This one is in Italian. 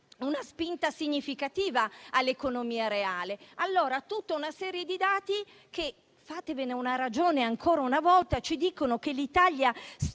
una spinta significativa all'economia reale. Si tratta di tutta una serie di dati che - fatevene una ragione ancora una volta - ci dice che l'Italia